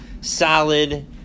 SOLID